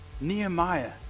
Nehemiah